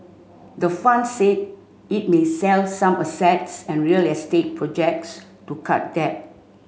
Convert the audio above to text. the fund said it needs sell some assets and real estate projects to cut debt